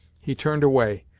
he turned away,